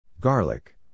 Garlic